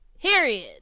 Period